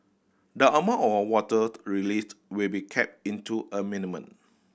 the amount of water released will be kept into a mini